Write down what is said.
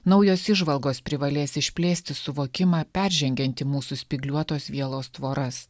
naujos įžvalgos privalės išplėsti suvokimą peržengiantį mūsų spygliuotos vielos tvoras